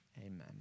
Amen